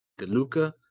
DeLuca